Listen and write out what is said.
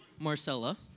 Marcella